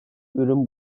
ürün